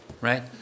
right